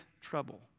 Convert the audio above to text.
trouble